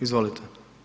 Izvolite.